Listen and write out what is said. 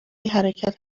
حرکت